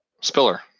Spiller